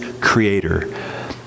creator